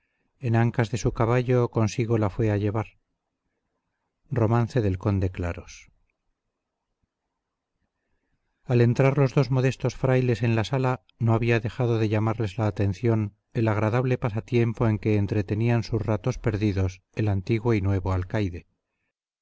al entrar los dos modestos frailes en la sala no había dejado de llamarles la atención el agradable pasatiempo en que entretenían sus ratos perdidos el antiguo y nuevo alcaide